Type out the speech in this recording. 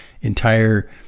entire